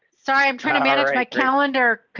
so i'm trying um and my calendar.